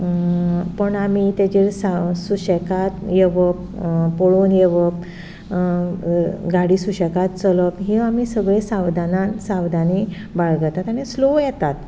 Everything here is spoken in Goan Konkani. पूण आमी ताजेर सुशेगाद येवप पळोवन येवप गाडी सुशेगाद चलप ही आमी सगळ्यो सावदानान सावदानी बाळगतात आनी स्लो येतात